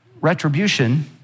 retribution